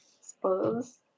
suppose